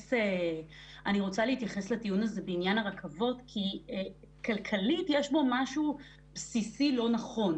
להתייחס לטיעון בעניין הרכבות כי כלכלית יש בו משהו בסיסי לא נכון,